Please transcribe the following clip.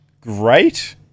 great